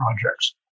projects